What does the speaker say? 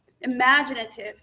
imaginative